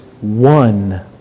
one